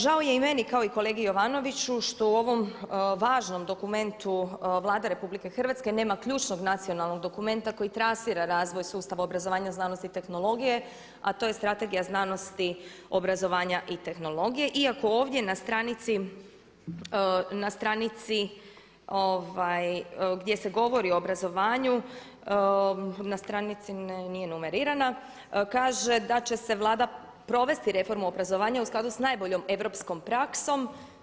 Žao je i meni kao i kolege Jovanoviću što u ovom važnom dokumentu Vlade RH nema ključnog nacionalnog dokumenta koji trasira razvoj sustav obrazovanja, znanosti i tehnologije a to je strategija znanosti, obrazovanja i tehnologije iako ovdje na stranici gdje se govori o obrazovanju, na stranici nije numerirana, kaže da će Vlada provesti reformu obrazovanja u skladu sa najboljom europskom praksom.